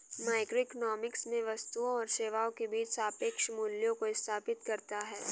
microeconomics में वस्तुओं और सेवाओं के बीच सापेक्ष मूल्यों को स्थापित करता है